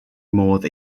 modd